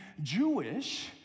Jewish